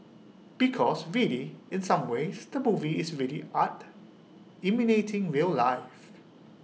because really in some ways the movie is really art imitating real life